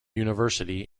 university